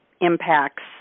impacts